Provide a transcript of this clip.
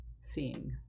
seeing